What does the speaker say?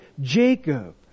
Jacob